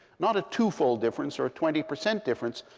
not a two-fold difference or a twenty percent difference,